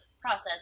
process